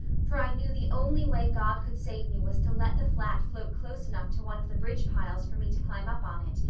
for i knew the only way god could save me was to let the flat float close enough to one of the bridge piles for me to climb up on it.